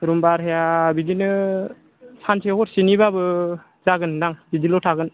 room भाराया बिदिनो सानसे हरसेनिब्लाबो जागोन दां बिदिल' थागोन